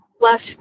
left